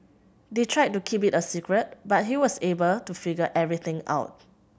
they tried to keep it a secret but he was able to figure everything out